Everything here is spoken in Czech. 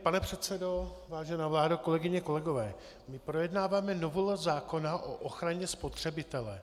Pane předsedo, vážená vládo, kolegyně, kolegové, my projednáváme novelu zákona o ochraně spotřebitele.